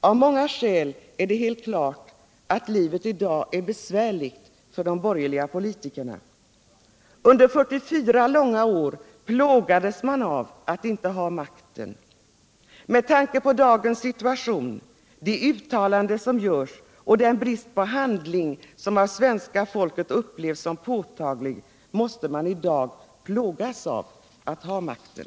Av många skäl är det helt klart att livet i dag är besvärligt för de borgerliga politikerna. Under 44 långa år plågades de av att inte ha makten. Med tanke på dagens situation, de uttalanden som görs och den brist på handling som av svenska folket upplevs som påtaglig måste de i dag plågas av att ha makten.